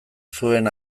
zuen